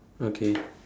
okay